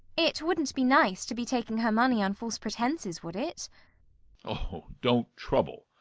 it wouldn't be nice to be taking her money on false pretences, would it oh, don't trouble.